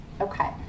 Okay